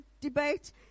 debate